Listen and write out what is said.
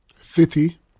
City